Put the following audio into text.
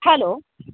hello